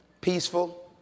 peaceful